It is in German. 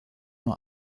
nur